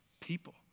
people